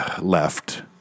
left